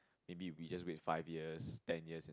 maybe we just wait five years ten years